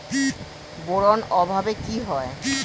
Boron অভাবে কি হয়?